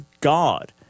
God